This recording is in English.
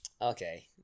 okay